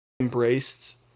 embraced